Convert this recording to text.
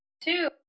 Two